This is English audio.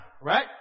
right